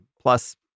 plus